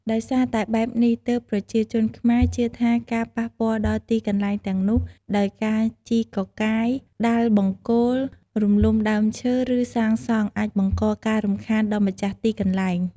ដោយសារតែបែបនេះ ទើបប្រជាជនខ្មែរជឿថា ការប៉ះពាល់ដល់ទីកន្លែងទាំងនោះ ដោយការជីកកកាយ ដាល់បង្គោល រំលំដើមឈើ ឬសាងសង់ អាចបង្កការរំខានដល់ម្ចាស់ទីកន្លែង។